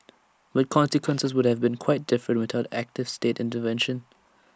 but consequences would have been quite different without active state intervention